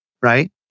Right